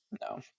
No